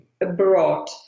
abroad